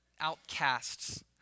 outcasts